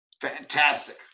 Fantastic